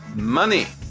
money